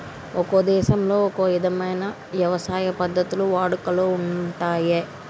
ఒక్కో దేశంలో ఒక్కో ఇధమైన యవసాయ పద్ధతులు వాడుకలో ఉంటయ్యి